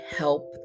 help